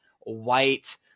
White